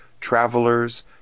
travelers